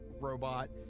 robot